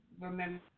remember